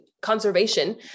conservation